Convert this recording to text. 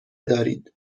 دارید